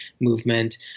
movement